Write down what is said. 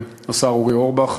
השר אורי אורבך.